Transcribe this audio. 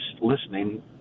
listening